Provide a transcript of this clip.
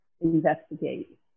investigate